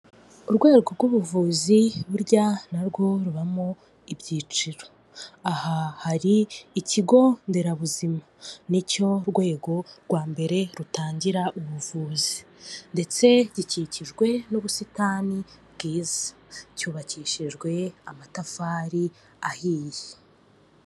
Urwego rw'ubuvuzi burya na rwo rubamo ibyiciro, aha hari ikigo nderabuzima. Ni cyo rwego rwa mbere rutangira ubuvuzi ndetse gikikijwe n'ubusitani bwiza, cyubakishirijwe amatafari ahiye.